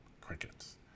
crickets